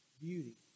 beauty